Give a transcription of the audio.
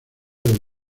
del